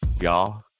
y'all